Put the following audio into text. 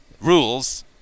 rules